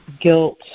guilt